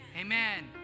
amen